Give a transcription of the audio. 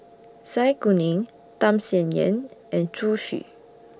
Zai Kuning Tham Sien Yen and Zhu Xu